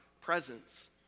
presence